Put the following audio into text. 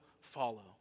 follow